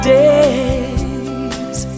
days